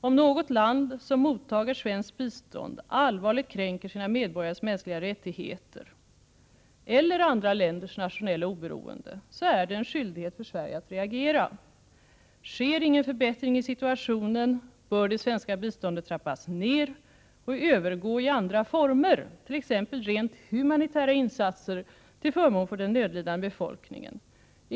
Om något land som mottager svenskt bistånd allvarligt kränker sina medborgares mänskliga rättigheter eller andra länders nationella oberoende, så är det en skyldighet för Sverige att reagera. Sker ingen förbättring i situationen bör det svenska biståndet trappas ner och övergå i andra former, t.ex. rent humanitära insatser till förmån för den nödlidande befolkningen.